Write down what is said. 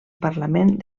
parlament